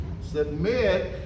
Submit